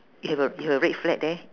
you have a you have a red flag there